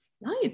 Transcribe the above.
Nice